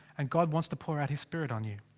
and god wants to pour out his spirit on you.